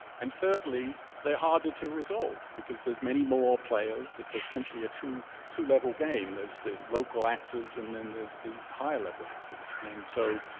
and thirdly, they're harder to resolve because there's many more players. it's essentially a two two level game. there's the local actors, and then there's these higher level actors, and so,